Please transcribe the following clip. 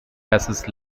basses